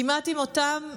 כמעט עם אותן התמודדויות,